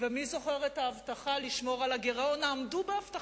טוב שהזכרת.